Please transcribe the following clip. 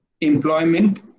employment